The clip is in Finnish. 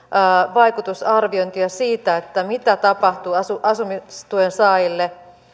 vaikutusarviointia siitä mitä tapahtuu asumistuen saajille